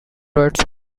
rights